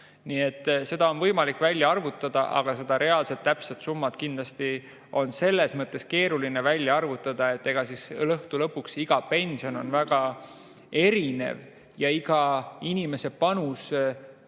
seda on võimalik välja arvutada, aga seda reaalset täpset summat kindlasti on selles mõttes keeruline välja arvutada, et lõpuks iga pension on erinev ja iga inimese panus